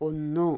ഒന്നു